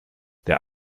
der